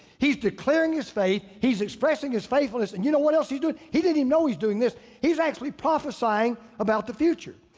he's declaring his faith. he's expressing his faithfulness. and you know what else he's doing. he didn't know he's doing this. he's actually prophesying about the future.